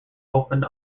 opened